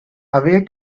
away